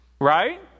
Right